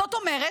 זאת אומרת,